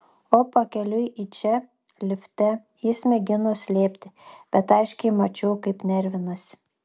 o pakeliui į čia lifte jis mėgino slėpti bet aiškiai mačiau kaip nervinasi